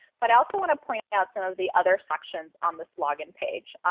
but i also want to point out some of the other sections on this login page.